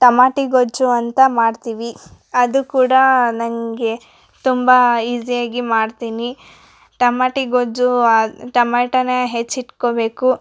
tomato ಗೊಜ್ಜು ಅಂತ ಮಾಡ್ತೀವಿ ಅದು ಕೂಡ ನನಗೆ ತುಂಬ ಈಸಿಯಾಗಿ ಮಾಡ್ತೀನಿ ಟಮಾಟಿ ಗೊಜ್ಜು ಆ ಟಮಾಟೊನ ಹೆಚ್ಚಿಟ್ಕೋಬೇಕು